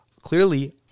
clearly